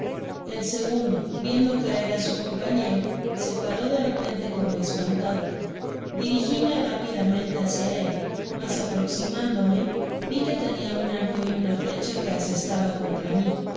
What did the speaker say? el segundo viendo caer á su compañero se paró de repente como espantado dirigime rápidamente hácia él mas aproximándome vi que tenia un arco y una flecha que asestaba contra mi